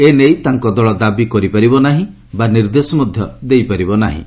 ଏନେଇ ତାଙ୍କ ଦଳ ଦାବି କରିପାରିବ ନାହିଁ ବା ନିର୍ଦ୍ଦେଶ ମଧ୍ୟ ଦେଇପାରିବ ନାହିଁ